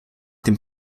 dem